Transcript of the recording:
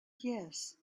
yet